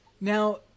Now